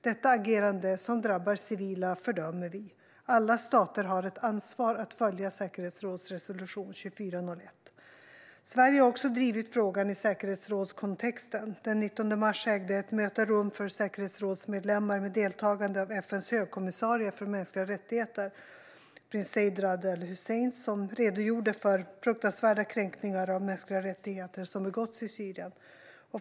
Detta agerande, som drabbar civila, fördömer vi. Alla stater har ett ansvar för att följa säkerhetsrådsresolution 2401. Sverige har också drivit frågan i säkerhetsrådskontexten. Den 19 mars ägde ett möte rum för säkerhetsrådsmedlemmar med deltagande av FN:s högkommissarie för mänskliga rättigheter, prins Zeid Raad al-Hussein, som redogjorde för fruktansvärda kränkningar av mänskliga rättigheter som begåtts i Syrien.